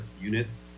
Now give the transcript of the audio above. units